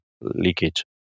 leakage